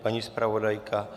Paní zpravodajka?